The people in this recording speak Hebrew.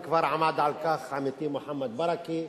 וכבר עמד על כך עמיתי מוחמד ברכה,